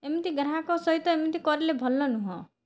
ଏମିତି ଗ୍ରାହକ ସହିତ ଏମିତି କରିଲେ ଭଲ ନୁହେଁ